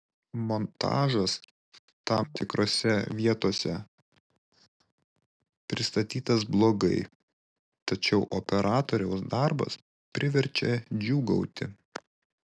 montažas tam tikrose vietose pristatytas blogai tačiau operatoriaus darbas priverčia džiūgauti